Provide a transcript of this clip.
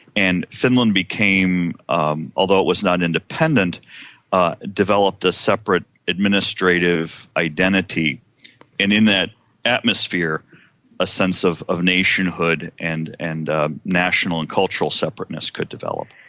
and finland became um although it was not independent ah developed a separate administrative identity, and in that atmosphere a sense of of nationhood and and ah national and cultural separateness could develop.